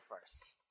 first